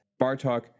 Bartok